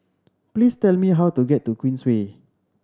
please tell me how to get to Queensway